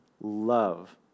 love